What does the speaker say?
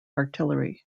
artillery